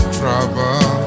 trouble